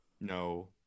No